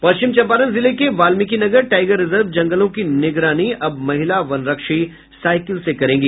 पश्चिम चम्पारण जिले के Valmikinagar tiger reserve जंगलों की निगरानी अब महिला वनरक्षी साईकिल से करेंगी